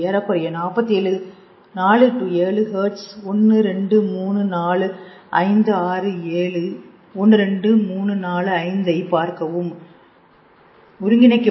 ஏறக்குறைய 4 7 ஹேர்ட்ஸ் ஒன்னு ரெண்டு மூணு நாலு 5 6 7 1 2 3 4 5 ஐ பார்க்கவும் ஒன்னு ரெண்டு மூணு நாலு ஐந்தை பார்க்கவும் இந்த ஏழு விஷயங்களின் தொகுப்புகள்